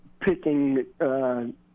picking